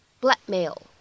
Blackmail